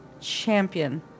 champion